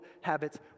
habits